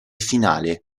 finale